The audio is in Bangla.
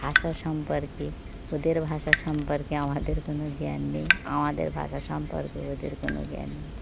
ভাষা সম্পর্কে ওদের ভাষা সম্পর্কে আমাদের কোনো জ্ঞান নেই আমাদের ভাষা সম্পর্কে ওদের কোনো জ্ঞান নেই